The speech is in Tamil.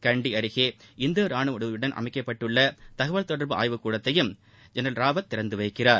கண்டி அருகே இந்திய ரானுவ உதவியுடன் அமைக்கப்பட்டுள்ள தகவல் தொடர்பு ஆய்வுக்கூடத்தையும் ஜென்ரல் ராவத் திறந்துவைக்கிறார்